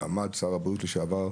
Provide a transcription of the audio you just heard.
עמד שר הבריאות לשעבר,